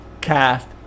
Cast